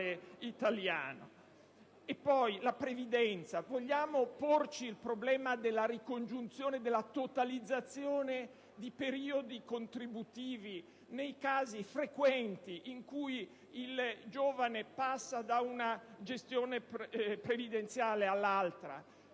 italiano. Vi è poi la previdenza. Vogliamo porci il problema della ricongiunzione, della totalizzazione dei periodi contributivi nei casi frequenti in cui il giovane passa da una gestione previdenziale all'altra?